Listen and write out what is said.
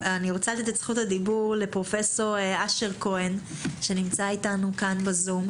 פרופ' אשר כהן, בזום.